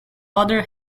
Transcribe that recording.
other